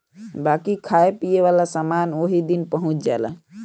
बाकी खाए पिए वाला समान ओही दिन पहुच जाला